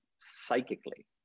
psychically